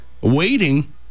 waiting